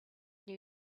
new